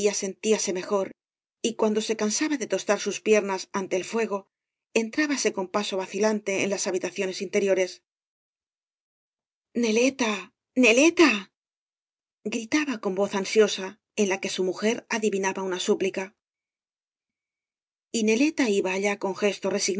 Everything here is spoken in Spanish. día sentíase mejor y cuando se cansaba de tostar sus piernas ante el fuego entrábase con paso vacilante en las habílacíoneb interiores neleta naleta gritaba con voz ansiosa en la que su mujer adivinaba una súplica y ndleta iba allá con gesto